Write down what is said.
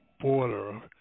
border